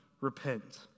repent